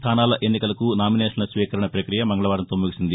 స్దానాల ఎన్నికలకు నామినేషన్ల స్వీకరణ ప్రక్రియ మంగళవారంతో ముగిసింది